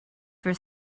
for